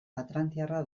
atlantiarra